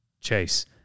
Chase